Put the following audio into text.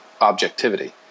objectivity